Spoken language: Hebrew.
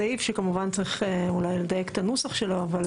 2. בסעיף קטן (א)